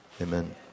amen